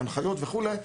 ההנחיות וכולי,